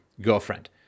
girlfriend